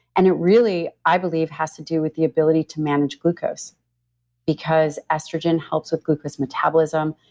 and it really i believe has to do with the ability to manage glucose because estrogen helps with glucose metabolism.